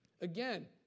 Again